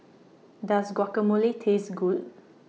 Does Guacamole Taste Good